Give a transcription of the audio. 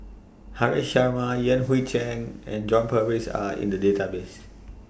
Haresh Sharma Yan Hui Chang and John Purvis Are in The Database